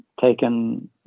taken